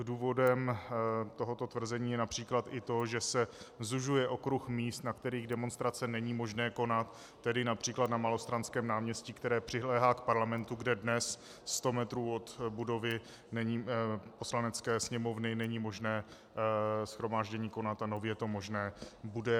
Důvodem tohoto tvrzení je například i to, že se zužuje okruh míst, na kterých demonstrace není možné konat, tedy například na Malostranském náměstí, které přiléhá k parlamentu, kde dnes sto metrů od budovy Poslanecké sněmovny není možné shromáždění konat a nově to možné bude.